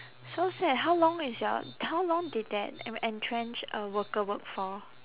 so sad how long is your how long did that ene~ retrenched uh worker work for